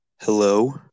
Hello